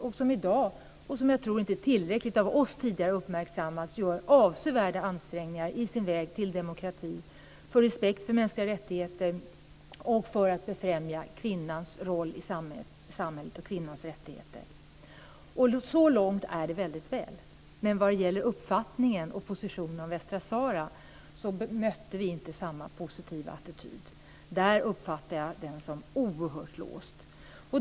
Jag tror inte att det har uppmärksammats tillräckligt av oss tidigare att man i Marocko i dag gör avsevärda ansträngningar på sin väg mot demokrati och respekt för mänskliga rättigheter och för att befrämja kvinnans roll och rättigheter i samhället. Så långt är det väldigt väl. Men när det gäller uppfattningen och positionen om Västsahara mötte vi inte samma positiva attityd. Jag uppfattar den som oerhört låst.